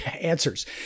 answers